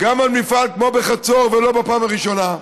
גם על מפעל כמו בחצור, ולא בפעם הראשונה,